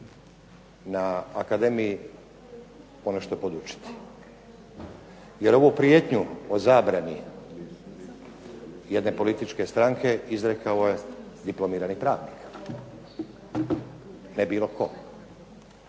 na akademiji ponešto podučiti, jer ovu prijetnju o zabrani jedne političke stranke izrekao je diplomirani pravnik, ne bilo tko.